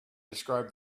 described